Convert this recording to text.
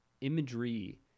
imagery